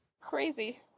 Crazy